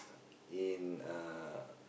in uh